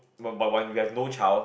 no but when you have no child